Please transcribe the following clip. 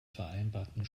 vereinbarten